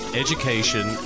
education